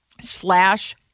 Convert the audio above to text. slash